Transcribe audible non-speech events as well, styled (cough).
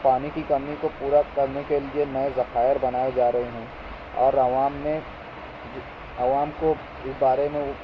پانی کی کمی کو پورا کرنے کے لیے نئے ذخائر بنائے جا رہے ہیں اور عوام میں (unintelligible) عوام کو ادارے میں